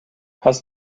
hast